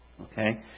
Okay